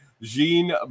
Jean